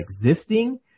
existing